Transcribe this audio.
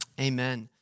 Amen